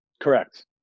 Correct